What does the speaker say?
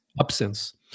absence